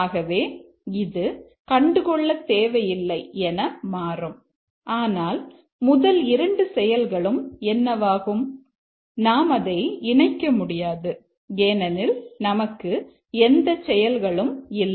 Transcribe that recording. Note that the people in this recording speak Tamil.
ஆகவே இது கண்டுகொள்ள தேவையில்லை என மாறும் ஆனால் முதல் இரண்டு செயல்களும் என்னவாகும் நாம் அதை இணைக்க முடியாது ஏனெனில் நமக்கு எந்த செயல்களும் இல்லை